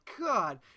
God